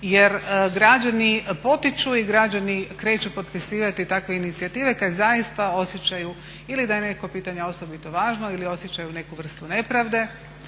Jer građani potiču i građani kreću potpisivati takve inicijative, kad zaista osjećaju ili da je neko pitanje osobito važno ili osjećaju neku vrstu nepravde